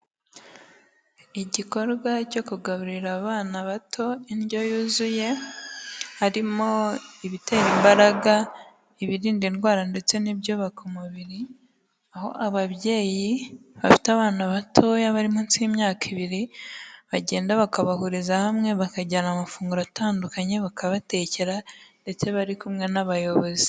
Igikorwa cyo kugaburira abana bato indyo yuzuye, harimo ibitera imbaraga, ibirinda indwara ndetse n'ibyubaka umubiri, aho ababyeyi bafite abana batoya bari munsi y'imyaka ibiri, bagenda bakabahuriza hamwe, bakajyana amafunguro atandukanye, bakabatekera ndetse bari kumwe n'abayobozi.